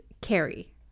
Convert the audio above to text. Carrie